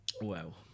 Wow